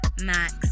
Max